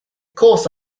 course